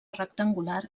rectangular